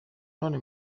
none